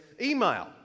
email